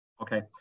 Okay